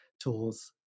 tours